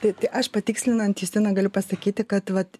taip tai aš patikslinant justiną galiu pasakyti kad vat